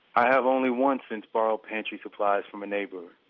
i have only once since borrowed pantry supplies from a neighbor,